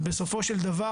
ובסופו של דבר,